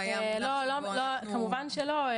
כמובן שלא.